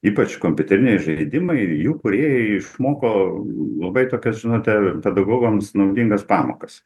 ypač kompiuteriniai žaidimai ir jų kūrėjai išmoko labai tokias žinote pedagogams naudingas pamokas